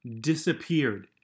disappeared